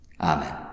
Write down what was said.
Amen